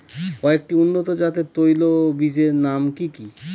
কয়েকটি উন্নত জাতের তৈল ও বীজের নাম কি কি?